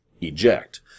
Eject